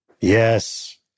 Yes